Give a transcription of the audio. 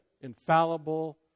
infallible